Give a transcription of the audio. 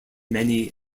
many